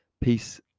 Peace